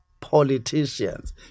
politicians